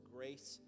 Grace